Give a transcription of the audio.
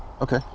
Okay